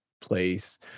place